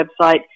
website